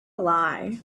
lie